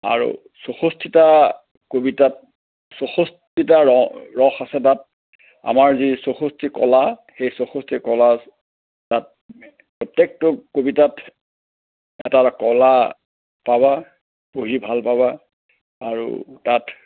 আৰু চৌষষ্ঠিটা কবিতাত চৌষষ্ঠিটা ৰ ৰস আছে তাত আমাৰ যি চৌষষ্ঠি কলা সেই চৌষষ্ঠি কলা তাত প্ৰত্যেকটো কবিতাত এটা কলা পাবা পঢ়ি ভাল পাবা আৰু তাত